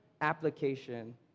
application